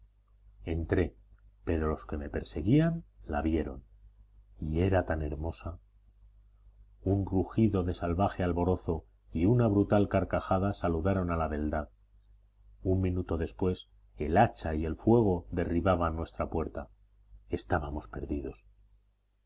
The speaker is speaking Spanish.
entré pero los que me perseguían la vieron y era tan hermosa un rugido de salvaje alborozo y una brutal carcajada saludaron a la beldad un minuto después el hacha y el fuego derribaban nuestra puerta estábamos perdidos